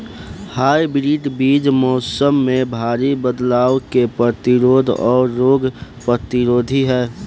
hybrid बीज मौसम में भारी बदलाव के प्रतिरोधी और रोग प्रतिरोधी ह